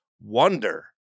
wonder